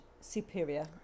superior